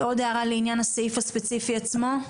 עוד הערה לעניין הסעיף הספציפי עצמו?